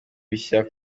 bishya